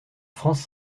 france